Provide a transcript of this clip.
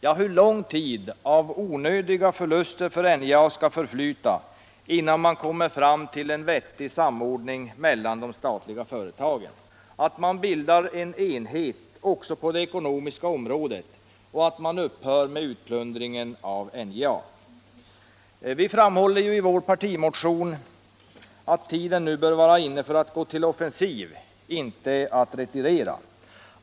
Ja, hur lång tid med onödiga förluster för NJA skall förflyta, innan man kommer fram till en vettig samordning mellan de statliga företagen: att man bildar en enhet också på det ekonomiska området och att man upphör med utplundringen av NJA? Vi framhåller i vår partimotion att tiden nu bör vara inne för att gå till offensiv, inte för att retirera.